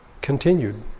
continued